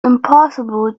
impossible